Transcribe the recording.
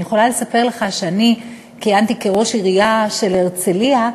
אני יכולה לספר לך שאני כיהנתי כראש העירייה של הרצלייה,